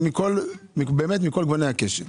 מכל גוני הקשת.